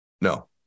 No